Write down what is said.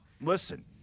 Listen